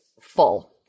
full